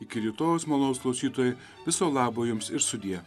iki rytojaus malonūs klausytojai viso labo jums ir sudie